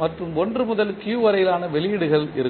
மற்றும் 1 முதல் q வரையிலான வெளியீடுகள் இருக்கும்